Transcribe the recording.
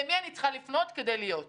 למי אני צריכה לפנות כדי להיות אפוטרופוס?